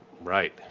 Right